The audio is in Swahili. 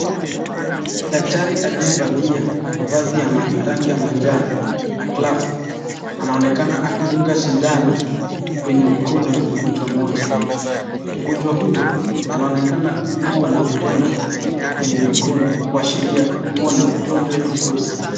Daktari aliyevalia mavazi ya rangi ya manjano na glavu anaonekana akidunga sindano kwenye mkono ya mgonjwa mmoja. Mgonjwa huyo anaonekana kuwa na vidonda kwenye mikono kuashiria kuwa na ugonjwa ya ngozi.